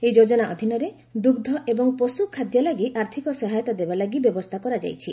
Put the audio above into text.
ଏହି ଯୋଜନା ଅଧୀନରେ ଦୁଗ୍ଧ ଏବଂ ପଶୁଖାଦ୍ୟ ଲାଗି ଆର୍ଥିକ ସହାୟତା ଦେବାଲାଗି ବ୍ୟବସ୍ଥା କରାଯାଇଛି